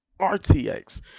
RTX